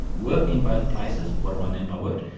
worked in both places. what do i mean by worked?